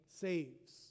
saves